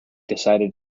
decided